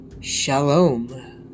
Shalom